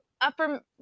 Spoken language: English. upper